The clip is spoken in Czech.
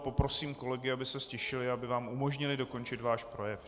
Poprosím kolegy, aby se ztišili, aby vám umožnili dokončit váš projev.